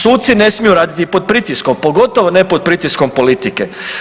Suci ne smiju raditi pod pritiskom, pogotovo ne pod pritiskom politike.